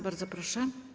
Bardzo proszę.